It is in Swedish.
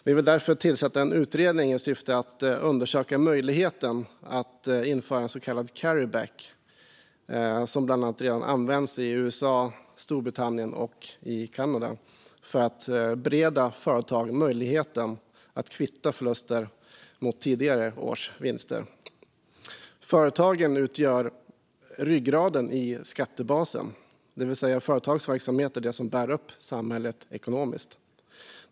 Vi vill därför tillsätta en utredning i syfte att undersöka möjligheten att införa en så kallad carry back, som bland annat redan används i USA, Storbritannien och Kanada, för att bereda företag möjligheten att kvitta förluster mot tidigare års vinster. Företagen utgör ryggraden i skattebasen, det vill säga företagens verksamhet är det som bär samhället ekonomiskt.